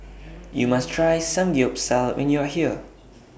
YOU must Try Samgeyopsal when YOU Are here